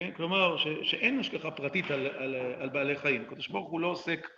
כלומר, שאין השגחה פרטית על בעלי חיים, הקדוש ברוך הוא לא עוסק...